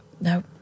No